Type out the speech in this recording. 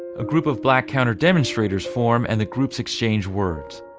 a group of black counter-demonstrators form and the groups exchange words.